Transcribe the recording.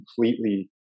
completely